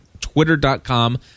Twitter.com